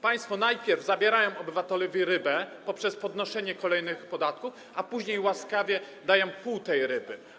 Państwo najpierw zabierają obywatelowi rybę poprzez podnoszenie kolejnych podatków, a później łaskawie dają pół tej ryby.